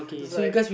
it's like